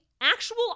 actual